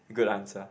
good answer